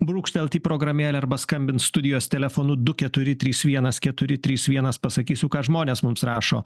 brūkštelt į programėlę arba skambint studijos telefonu du keturi trys vienas keturi trys vienas pasakysiu ką žmonės mums rašo